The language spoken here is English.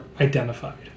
identified